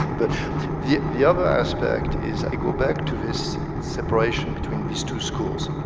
but yeah the other aspect is, i go back to this separation between these two schools.